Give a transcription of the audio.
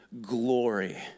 glory